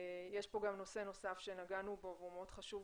יש כאן גם נושא נוסף שנגענו בו ובעיניי הוא מאוד חשוב,